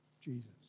Jesus